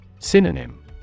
Synonym